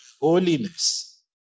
holiness